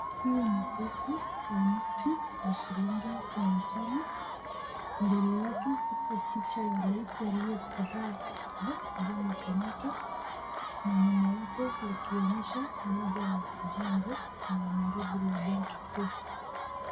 Hii ni pesa ya noti ya shilingi mia tano. Mbele yake iko picha ya rais aliyestaafu Jomo Kenyatta na nyuma yake likionyesha moja ya jengo la Nairobi la benki kuu.